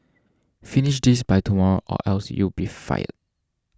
finish this by tomorrow or else you'll be fired